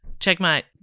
Checkmate